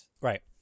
right